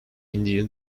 indian